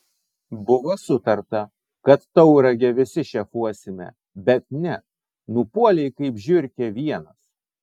buvo sutarta kad tauragę visi šefuosime bet ne nupuolei kaip žiurkė vienas